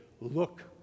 look